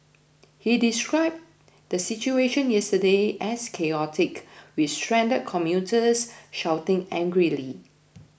he described the situation yesterday as chaotic with stranded commuters shouting angrily